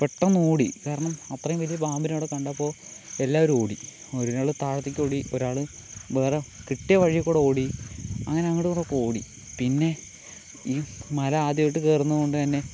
പെട്ടന്നോടി കാരണം അത്രയും വലിയ പാമ്പിനെ അവിടെ കണ്ടപ്പോൾ എല്ലാവരും ഓടി ഒരാൾ താഴത്തേക്കോടി ഒരാൾ വേറെ കിട്ടിയ വഴിയിൽക്കൂടി ഓടി അങ്ങനെ അങ്ങോട്ടും ഇങ്ങോട്ടുമൊക്കെ ഓടി പിന്നെ ഈ മല ആദ്യമായിട്ട് കയറുന്നതുകൊണ്ട് തന്നെ